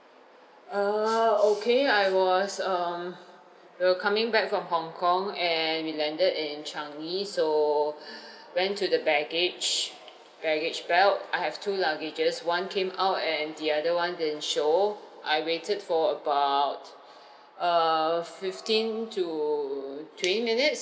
err okay I was um we were coming back from hong kong and we landed in changi so went to the baggage baggage belt I have two luggages one came out and the other one didn't show I waited for about err fifteen to twenty minutes